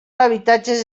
habitatges